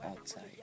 Outside